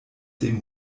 dem